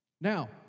Now